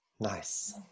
Nice